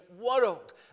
world